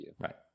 right